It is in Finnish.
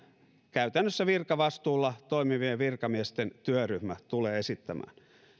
käytännössä virkavastuulla toimivien virkamiesten työryhmä tulee esittämään